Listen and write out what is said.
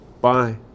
bye